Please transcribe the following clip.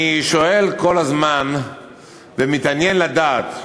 אני שואל כל הזמן ומתעניין לדעת,